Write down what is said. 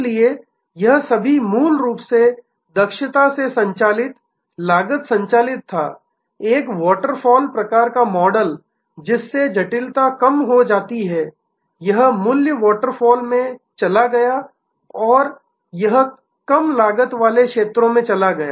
इसलिए यह सभी मूल रूप से दक्षता से संचालित लागत संचालित था एक वाटरफॉल प्रकार का मॉडल जिससे जटिलता कम हो जाती है यह मूल्य वाटरफॉल में चला गया और यह कम लागत वाले क्षेत्रों में चला गया